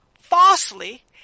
falsely